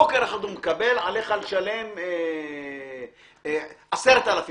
בוקר אחד הוא מקבל, עליך לשלם 10,000 שקל,